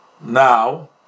now